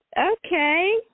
Okay